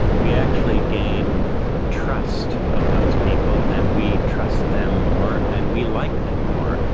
we actually gain trust of those people and we trust them more and we like them more.